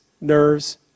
nerves